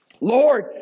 Lord